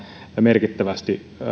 merkittävästi